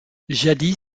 jadis